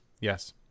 Yes